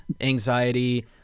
anxiety